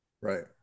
Right